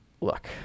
look